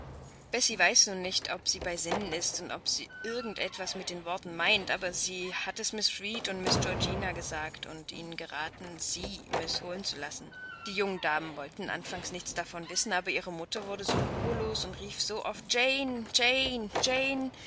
bessie weiß nun nicht ob sie bei sinnen ist und ob sie irgend etwas mit den worten meint aber sie hat es miß reed und miß georgina gesagt und ihnen geraten sie miß holen zu lassen die jungen damen wollten anfangs nichts davon wissen aber ihre mutter wurde so ruhelos und rief so oft jane